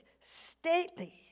stately